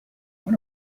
مال